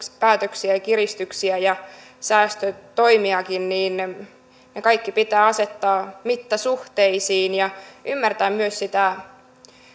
päätöksiä ja kiristyksiä ja säästötoimiakin niin ne kaikki pitää asettaa mittasuhteisiin ja ymmärtää myös sitä